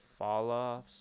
Falloffs